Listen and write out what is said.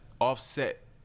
offset